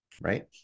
Right